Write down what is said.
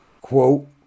Quote